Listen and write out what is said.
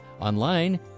Online